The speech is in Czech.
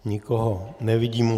Nikoho nevidím.